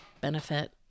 benefit